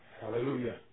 Hallelujah